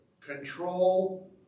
control